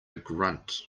grunt